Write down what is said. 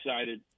excited